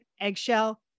eggshell